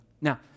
Now